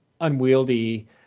unwieldy